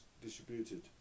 distributed